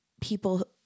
people